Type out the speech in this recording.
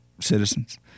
citizens